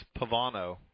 Pavano